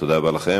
תודה לכם.